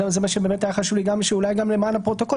זה מה שהיה חשוב לי גם למען הפרוטוקול.